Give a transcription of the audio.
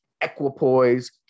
Equipoise